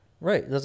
Right